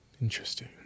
Interesting